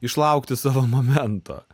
išlaukti savo momento